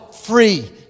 free